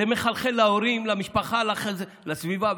זה מחלחל להורים, למשפחה, לסביבה.